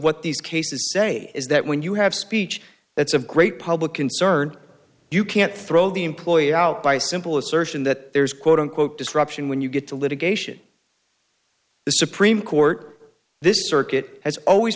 what these cases say is that when you have speech that's of great public concern you can't throw the employee out by simple assertion that there's quote unquote disruption when you get to litigation the supreme court this circuit has always